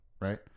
Right